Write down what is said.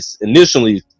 initially